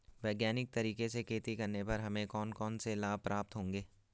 वैज्ञानिक तरीके से खेती करने पर हमें कौन कौन से लाभ प्राप्त होंगे?